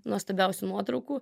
nuostabiausių nuotraukų